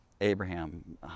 Abraham